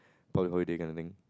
public holiday kind of thing